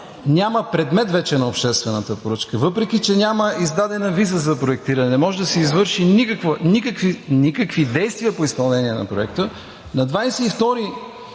няма предмет вече на обществената поръчка, въпреки че няма издадена виза за проектиране, не могат да се извършат никакви действия по изпълнение на проекта, на 22